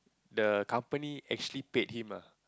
the company actually paid him ah